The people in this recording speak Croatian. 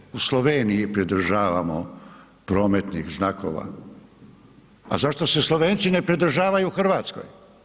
Zašto se u Sloveniji pridržavamo prometnih znakova a zašto se Slovenci ne pridržavaju Hrvatskoj?